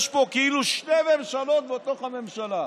יש פה כאילו שתי ממשלות בתוך הממשלה.